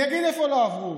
אני אגיד איפה לא עברו.